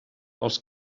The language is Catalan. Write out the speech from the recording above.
pels